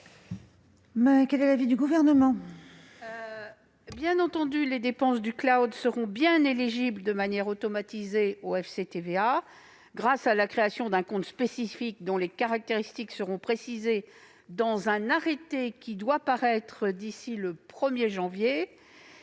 Quel est l'avis du Gouvernement ? Les dépenses du seront éligibles de manière automatisée au FCTVA, grâce à la création d'un compte spécifique, dont les caractéristiques seront précisées dans un arrêté qui doit paraître d'ici au 1 janvier.